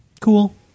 Cool